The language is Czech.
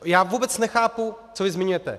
Já vůbec nechápu, co zmiňujete?